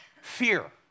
fear